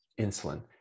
insulin